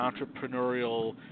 entrepreneurial